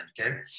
Okay